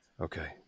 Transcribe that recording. Okay